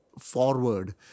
forward